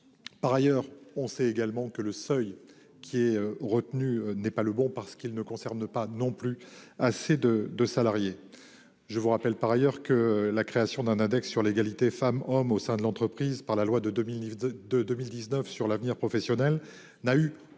Par ailleurs on sait également que le seuil qui est retenue n'est pas le bon parce qu'il ne concerne pas non plus assez de, de salariés. Je vous rappelle par ailleurs que la création d'un index sur l'égalité femmes-hommes au sein de l'entreprise par la loi de 2000 litres de 2019 sur l'avenir professionnel n'a eu aucun